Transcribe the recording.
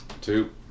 Two